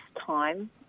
time